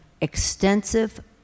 extensive